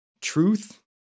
truth